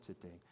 today